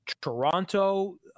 Toronto